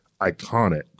iconic